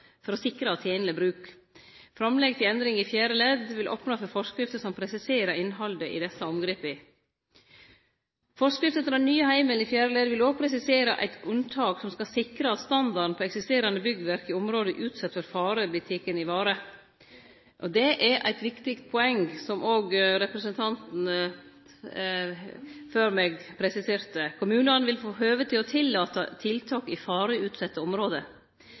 bruk. Framlegget til endring i fjerde ledd vil opne for forskrifter som presiserer innhaldet i desse omgrepa. Forskrifta til den nye heimelen i fjerde ledd vil òg presisere eit unntak som skal sikre at standarden på eksisterande byggverk i område som er utsette for fare, vert vareteken. Det er eit viktig poeng, som òg talaren før meg presiserte. Kommunane vil få høve til å tillate tiltak i fareutsette område.